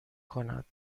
کند